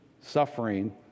suffering